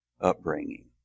upbringing